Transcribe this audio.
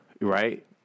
Right